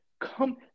Come